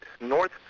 North